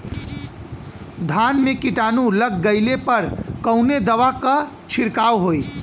धान में कीटाणु लग गईले पर कवने दवा क छिड़काव होई?